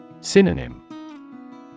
Synonym